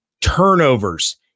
turnovers